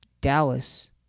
Dallas